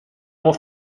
more